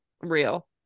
real